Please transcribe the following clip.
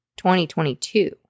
2022